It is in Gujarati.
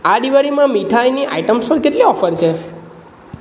આ દિવાળીમાં મીઠાઈની આઇટમ્સ પર કેટલી ઓફર છે